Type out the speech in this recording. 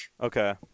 Okay